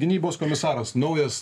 gynybos komisaras naujas